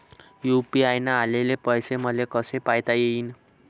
UPI न आलेले पैसे मले कसे पायता येईन?